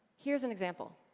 here's an example!